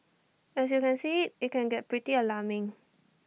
as you can see IT can get pretty alarming